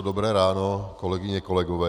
Dobré ráno, kolegyně, kolegové.